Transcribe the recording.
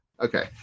Okay